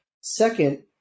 Second